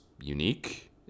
unique